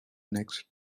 next